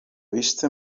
vista